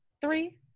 Three